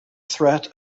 threat